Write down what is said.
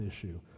issue